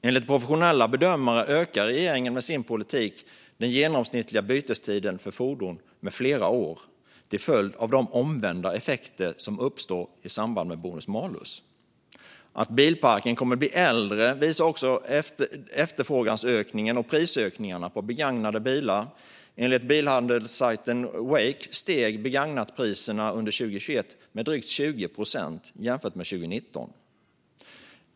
Enligt professionella bedömare ökar regeringen med sin politik den genomsnittliga bytestiden för fordon med flera år till följd av de omvända effekter som uppstår i samband med bonus malus. Att bilparken kommer att bli äldre visar också efterfrågeökningen och prisökningen på begagnade bilar. Enligt bilhandelssajten Wayke steg begagnatpriserna under 2021 med drygt 20 procent jämfört med 2019.